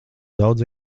daudz